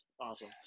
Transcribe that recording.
awesome